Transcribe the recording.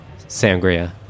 sangria